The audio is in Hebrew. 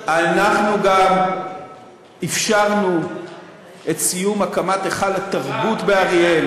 אנחנו גם אפשרנו את סיום הקמת היכל התרבות באריאל,